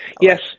yes